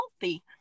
healthy